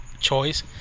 choice